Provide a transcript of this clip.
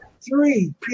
three